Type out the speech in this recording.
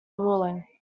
ruling